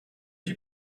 you